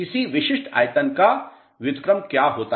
किसी विशिष्ट आयतन का व्युत्क्रम क्या होता है